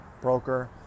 broker